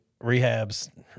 Rehab's